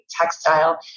textile